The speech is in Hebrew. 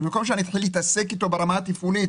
במקום שאני אתחיל להתעסק אתו ברמה התפעולית,